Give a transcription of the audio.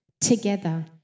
together